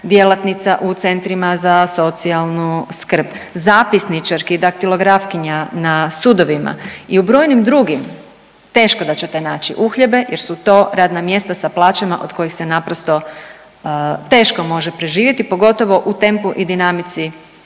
djelatnica u centrima za socijalnu skrb, zapisničarki, daktilografkinja na sudovima i u brojnim drugim teško da ćete naći uhljebe jer su to radna mjesta sa plaćama od kojih se naprosto teško može preživjeti pogotovo u tempu i dinamici